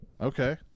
Okay